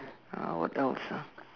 uh what else ah